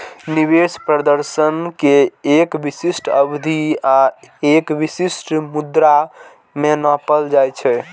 निवेश प्रदर्शन कें एक विशिष्ट अवधि आ एक विशिष्ट मुद्रा मे नापल जाइ छै